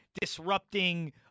Disrupting